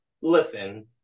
Listen